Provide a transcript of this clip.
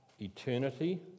eternity